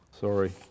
Sorry